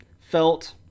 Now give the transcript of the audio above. felt